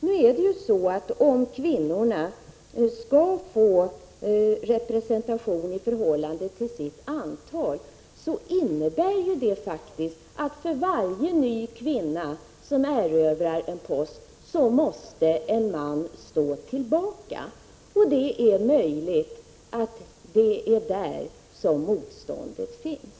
Om kvinnor skall få representation i kommittéer och utredningar i förhållande till sitt antal, innebär det faktiskt att för varje ny kvinna som erövrar en post måste en man stå tillbaka. Det är möjligt att det är där motståndet finns.